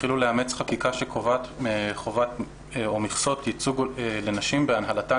התחילו לאמץ חקיקה שקובעת מכסות ייצוג לנשים בהנהלתן